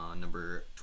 number